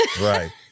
Right